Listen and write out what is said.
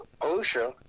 OSHA